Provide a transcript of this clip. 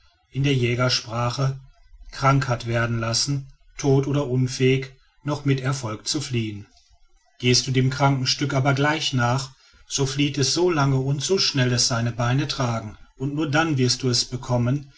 in der jägersprache krank hat werden lassen tot oder unfähig noch mit erfolg zu fliehen gehst du dem kranken stück aber gleich nach so flieht es so lang und so schnell es seine beine tragen und nur dann wirst du es bekommen